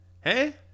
Hey